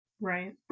Right